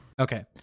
Okay